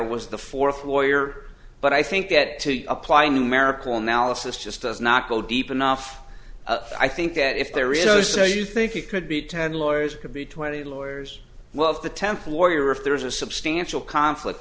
was the fourth lawyer but i think that to apply numerical analysis just does not go deep enough i think that if there is no so you think it could be ten lawyers could be twenty lawyers well of the temple lawyer if there is a substantial conflict